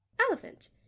elephant